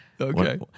Okay